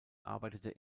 arbeitete